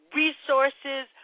resources